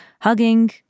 hugging